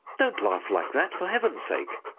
don't laugh like that, for heaven's sake.